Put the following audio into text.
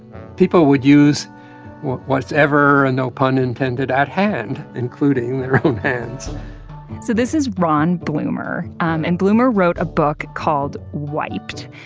people would use what's ever, no pun intended, at hand, including their hands so this is ron blumer. um and blumer wrote a book called wiped.